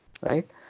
right